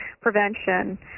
prevention